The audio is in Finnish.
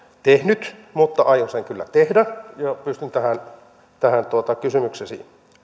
tehnyt mutta aion sen kyllä tehdä ja pystyn tähän kysymykseesi